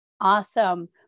Awesome